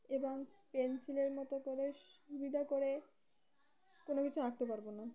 এবং পেনসিলের মতো করে সুবিধা করে কোনো কিছু আঁকতে পারবো না